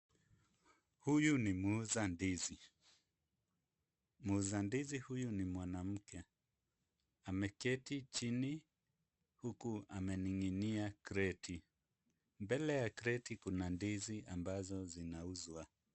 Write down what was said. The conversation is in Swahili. Huyu ni muuza ndizi. Muuza ndizi huyu ni mwanamke ameketi chini huku amening'inia kreti. Mbele ya kreti kuna ndizi ambazo zinauzwa.